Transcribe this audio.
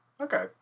Okay